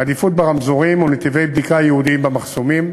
עדיפות ברמזורים ונתיבי בדיקה ייעודיים במחסומים.